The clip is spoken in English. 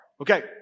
okay